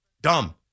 dumb